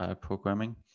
programming